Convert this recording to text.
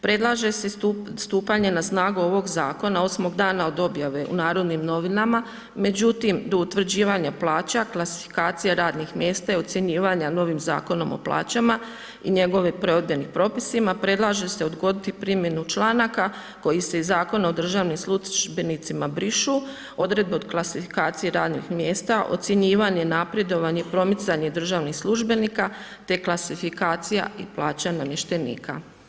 Predlaže se stupanje na snagu ovog zakona 8 dana od objave u Narodnim novinama, međutim, do utvrđivanja plaća, klasifikacija radnih mjesta i ocjenjivanje novim zakonom o plaćama, i njegove prodajnim propisima, predlaže se odgoditi primjenu članaka koji se Zakon o državnim službenicima brišu odredba o klasifikacije radnih mjesta, ocjenjivanje, napredovanje, promicanje državnih službenika, te klasifikacija i plaća namještenika.